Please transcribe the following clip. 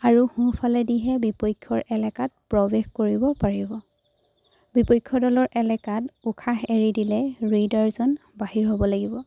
আৰু সোফালেদিহে বিপক্ষৰ এলেকাত প্ৰৱেশ কৰিব পাৰিব বিপক্ষ দলৰ এলেকাত উশাহ এৰি দিলে ৰেইডাৰজন বাহিৰ হ'ব লাগিব